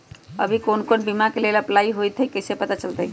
अभी कौन कौन बीमा के लेल अपलाइ होईत हई ई कईसे पता चलतई?